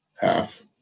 half